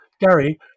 Gary